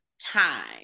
time